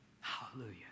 Hallelujah